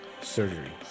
surgery